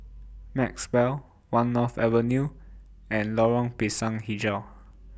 Maxwell one North Avenue and Lorong Pisang Hijau